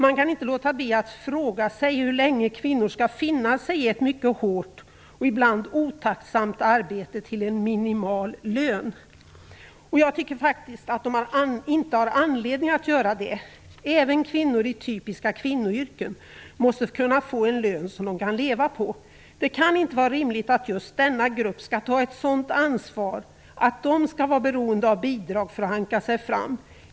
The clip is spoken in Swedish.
Man kan inte låta bli att fråga sig hur länge kvinnor skall finna sig i ett mycket hårt och ibland otacksamt arbete till en minimal lön, och jag tycker faktiskt inte att de har anledning att göra det. Även kvinnor i typiska kvinnoyrken måste kunna få en lön som de kan leva på. Det kan inte vara rimligt att just denna grupp skall ta ett sådant ansvar, att de skall vara beroende av bidrag för att hanka sig fram.